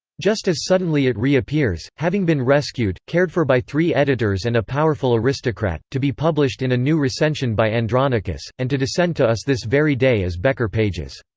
just as suddenly it reappears, having been rescued, cared for by three editors and a powerful aristocrat, to be published in a new recension by andronicus, and to descend to us this very day as bekker pages.